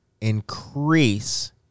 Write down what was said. increase